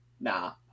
Nah